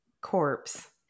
corpse